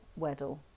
Weddle